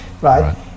right